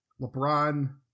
LeBron